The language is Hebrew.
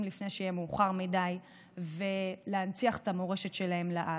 לפני שיהיה מאוחר מדי ולהנציח את המורשת שלהם לעד.